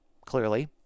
clearly